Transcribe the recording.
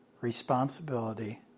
responsibility